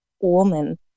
woman